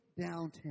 downtown